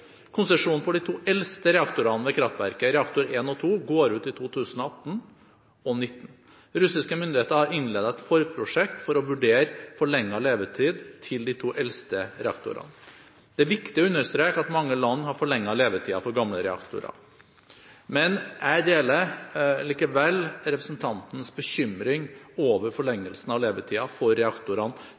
Konsesjonen for de to eldste reaktorene ved kraftverket, reaktor 1 og 2, går ut i 2018 og 2019. Russiske myndigheter har innledet et forprosjekt for å vurdere forlenget levetid til de to eldste reaktorene. Det er viktig å understreke at mange land har forlenget levetiden for gamle reaktorer. Jeg deler likevel representantens bekymring over forlengelsen av levetiden for reaktorene